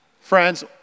friends